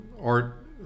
art